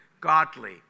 godly